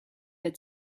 had